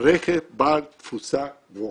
רכב בעל תפוסה גבוהה.